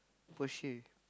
Porsche